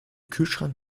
kühlschrank